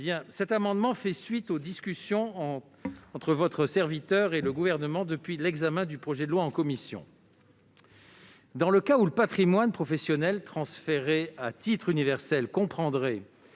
amendement fait suite aux discussions entre le rapporteur et le Gouvernement depuis l'examen du projet de loi en commission. Dans le cas où le patrimoine professionnel transféré à titre universel comprendrait